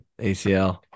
ACL